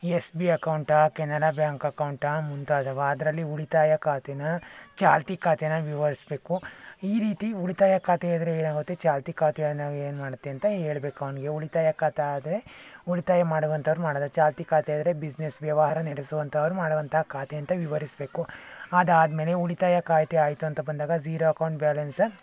S B ಅಕೌಂಟಾ Canara bank ಅಕೌಂಟಾ ಮುಂತಾದವು ಅದರಲ್ಲಿ ಉಳಿತಾಯ ಖಾತೆನ ಚಾಲ್ತಿ ಖಾತೆನ ವಿವರಿಸಬೇಕು ಈ ರೀತಿ ಉಳಿತಾಯ ಖಾತೆ ಅಂದರೆ ಏನಾಗುತ್ತೆ ಚಾಲ್ತಿ ಖಾತೆಯನ್ನು ಏನು ಮಾಡುತ್ತೆ ಅಂತ ಹೇಳಬೇಕು ಅವನಿಗೆ ಉಳಿತಾಯ ಖಾತೆ ಆದರೆ ಉಳಿತಾಯ ಮಾಡುವಂತಾರೆ ಮಾಡಿದರೆ ಚಾಲ್ತಿ ಖಾತೆ ಅಂದರೆ ಬಿಸ್ನೆಸ್ ವ್ಯವಹಾರ ನಡೆಸುವಂತರ ಮಾಡುವಂಥ ಖಾತೆ ಅಂತ ವಿವರಿಸಬೇಕು ಅದಾದ್ಮೇಲೆ ಉಳಿತಾಯ ಖಾತೆ ಆಯಿತು ಅಂತ ಬಂದಾಗ ಜೀರೊ ಅಕೌಂಟ್ ಬ್ಯಾಲೆನ್ಸ್